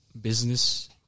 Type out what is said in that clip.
business